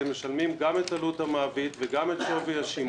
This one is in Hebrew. משלמים גם את עלות המעביד וגם את שווי השימוש.